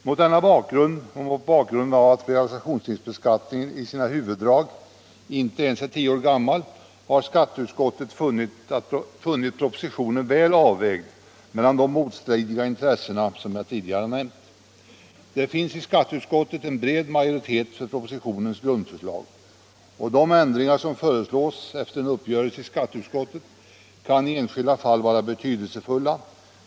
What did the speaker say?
Mot denna bakgrund, och mot bakgrunden av att realisationsvinstbeskattningen i sina huvuddrag inte ens är tio år gammal, har skatteutskottet funnit propositionen väl avvägd mellan de motstridiga intressen som jag tidigare nämnde. Det finns i skatteutskottet en bred majoritet för propositionens grundförslag, och de ändringar som föreslås efter en uppgörelse i skatteutskottet kan i enskilda fall vara betydelsefulla.